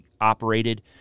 operated